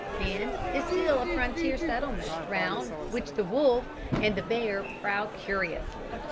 and is still a frontier settlement round which the wolf and the bear prowl curiously,